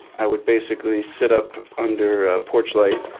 i would basically sit up under a porch light,